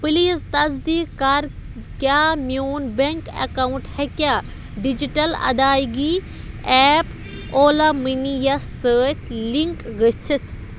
please تصدیٖق کَر کیٛاہ میٛون بیٚنٛک اکاوُنٛٹ ہٮ۪کیٛاہ ڈیجیٹل ادائیگی ایپ اولا مٔنی یَس سۭتۍ لِنک گٔژھِتھ